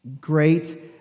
Great